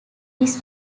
this